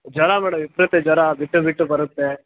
ಜ್ವರ ಮೇಡಮ್ ವಿಪರೀತ ಜ್ವರ ಬಿಟ್ಟು ಬಿಟ್ಟು ಬರುತ್ತೆ